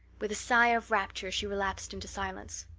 with a sigh of rapture she relapsed into silence.